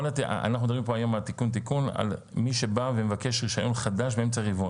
אנחנו מדברים היום על תיקון לגבי מי שמבקש רישיון חדש באמצע הרבעון?